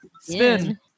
Spin